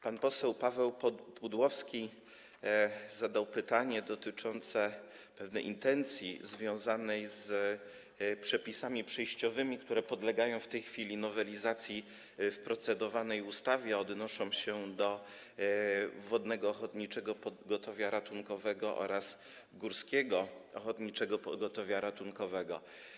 Pan poseł Paweł Pudłowski zadał pytanie dotyczące pewnej intencji związanej z przepisami przejściowymi, które podlegają nowelizacji w procedowanej ustawie, odnoszącymi się do Wodnego Ochotniczego Pogotowia Ratunkowego oraz Górskiego Ochotniczego Pogotowia Ratunkowego.